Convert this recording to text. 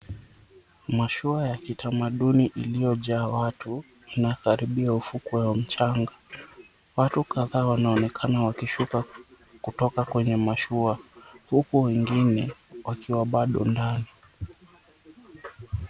Mashua ya kitamaduni iliyojaa watu na karibu na ufukwe wa mchanga. Watu kadhaa wanaonekana wakishuka kwenye mashua huku wengine wakiwa bado ndani.